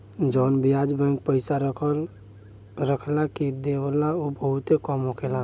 जवन ब्याज बैंक पइसा रखला के देवेला उ बहुते कम होखेला